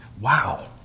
Wow